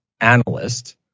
analyst